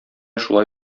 шулай